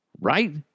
Right